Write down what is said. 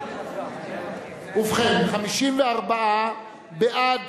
54 בעד